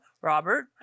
Robert